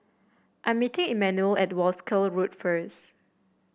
I'm meeting Emmanuel at Wolskel Road first